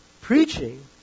Preaching